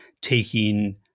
taking